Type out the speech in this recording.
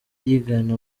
yigana